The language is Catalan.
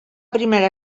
primera